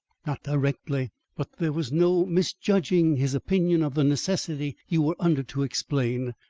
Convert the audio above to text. not directly but there was no misjudging his opinion of the necessity you were under to explain,